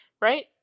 Right